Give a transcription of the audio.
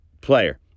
player